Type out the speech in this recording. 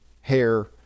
hair